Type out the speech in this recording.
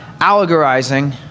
allegorizing